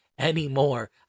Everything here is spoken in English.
Anymore